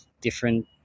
different